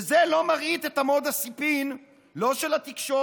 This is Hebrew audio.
וזה לא מרעיד את אמות הסיפים, לא של התקשורת